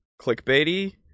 clickbaity